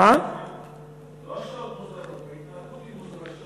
לא שעות מוזרות, ההתנהגות של חברי הכנסת מוזרה.